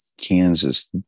Kansas